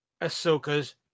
ahsoka's